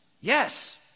yes